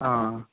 ആ